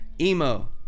Emo